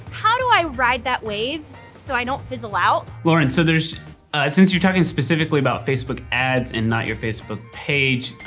how do i ride that wave so i don't fizzle out? lauren, so there's since you're talking specifically about facebook ads and not your facebook page,